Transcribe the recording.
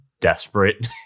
desperate